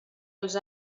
els